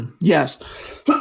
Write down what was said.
Yes